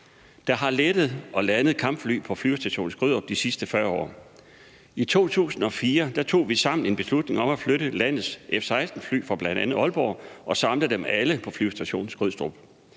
Der har lettet og landet kampfly på flyvestationen de sidste 40 år. I 2004 tog vi sammen en beslutning om at flytte landets F-16-fly fra bl.a. Aalborg og samle dem alle på Flyvestation Skrydstrup.